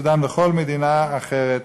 מסודאן ומכל מדינה אחרת